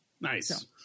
Nice